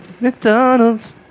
McDonald's